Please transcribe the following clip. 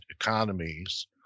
economies